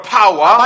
power